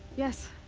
yes.